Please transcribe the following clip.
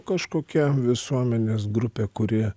kažkokia visuomenės grupė kuri